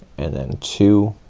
and then two,